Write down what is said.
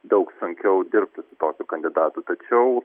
daug sunkiau dirbti su tokiu kandidatu tačiau